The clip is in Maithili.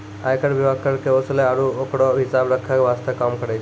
आयकर विभाग कर के वसूले आरू ओकरो हिसाब रख्खै वास्ते काम करै छै